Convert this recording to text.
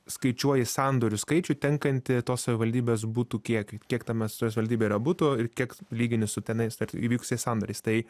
skaičiuoji sandorių skaičių tenkantį tos savivaldybės butų kiekiui kiek tame toje savivaldybėje yra butų ir kiek lygini su tenais ta įvykusiais sandoriais tai